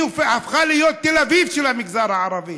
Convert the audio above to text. היא הפכה להיות תל אביב של המגזר הערבי,